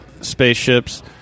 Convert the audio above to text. spaceships